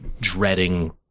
dreading